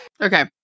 okay